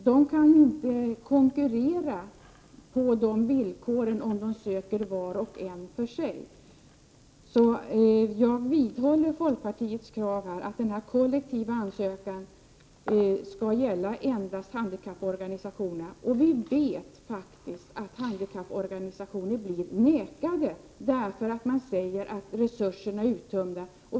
De kan inte konkurrera på de villkoren, om de söker var och en för sig. Jag vidhåller därför folkpartiets krav att möjlighet till kollektiv ansökan skall finnas endast för handikapporganisationerna. Vi vet att handikapporganisationer blir nekade, därför att resurserna är uttömda.